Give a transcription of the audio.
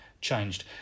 changed